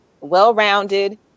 well-rounded